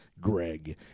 Greg